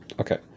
Okay